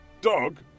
Doug